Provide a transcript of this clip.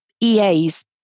EAs